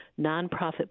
nonprofit